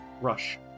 rush